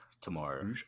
tomorrow